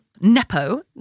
Nepo